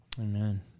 Amen